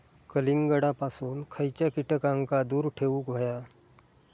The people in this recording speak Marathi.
कलिंगडापासून खयच्या कीटकांका दूर ठेवूक व्हया?